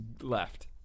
left